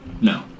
No